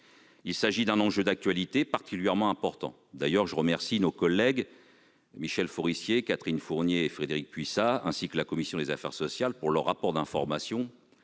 Il s'agit d'un enjeu d'actualité particulièrement important. Je tiens à remercier mes collègues Michel Forissier, Catherine Fournier et Frédérique Puissat, ainsi que la commission des affaires sociales, de leur rapport d'information